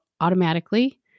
automatically